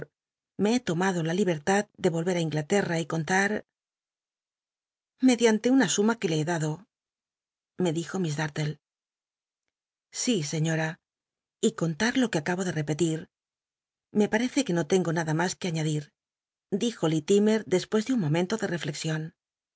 me he tomado la libertad de i inglatcna y contat mediante una suma que le he dado me dijo miss datlle si señora y contar lo que acabo de repeli r me parece que no tengo nada mas que añadir elijo lillimer dcspues de un momento de